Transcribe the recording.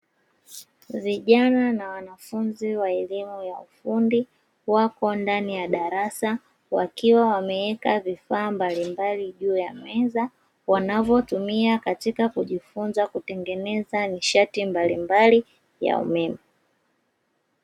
Vijana na wanafunzi wa elimu ya ufundi wapo ndani ya darasa wakiwa wameweka vifaa mbalimbali juu ya meza wanavyojifunzia katika kutengeneza nishati mbalimbali ya umeme.